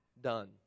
done